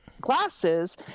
glasses